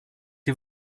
die